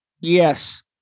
Yes